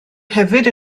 hefyd